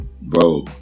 bro